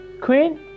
Queen